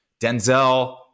denzel